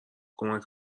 کمک